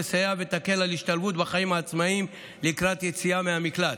תסייע ותקל על השתלבות בחיים העצמאיים לקראת יציאה מהמקלט.